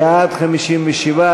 בעד 57,